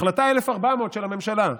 החלטה 1,400 של הממשלה: